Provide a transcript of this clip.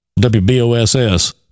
WBOSS